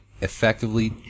effectively